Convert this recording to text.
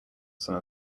some